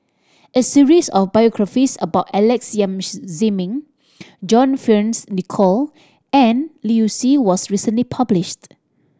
a series of biographies about Alex Yam Ziming John Fearns Nicoll and Liu Si was recently published